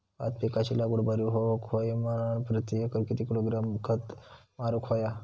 भात पिकाची लागवड बरी होऊक होई म्हणान प्रति एकर किती किलोग्रॅम खत मारुक होया?